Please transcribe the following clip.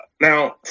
now